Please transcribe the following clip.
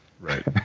right